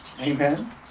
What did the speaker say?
Amen